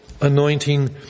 anointing